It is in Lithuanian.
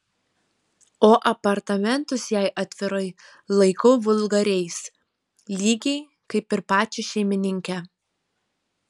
o apartamentus jei atvirai laikau vulgariais lygiai kaip ir pačią šeimininkę